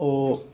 oh